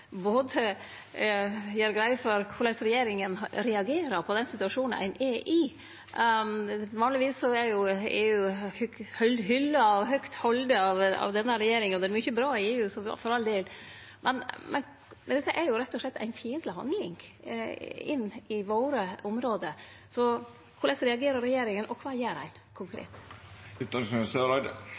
korleis regjeringa reagerer på den situasjonen ein er i. Vanlegvis er jo EU hylla og høgt halden av denne regjeringa. Det er mykje bra i EU, for all del, men korleis reagerer regjeringa på at EU ikkje respekterer havretten i våre område, og kva gjer regjeringa